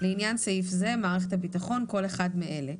לעניין סעיף זה, "מערכת הביטחון" כל אחד מאלה: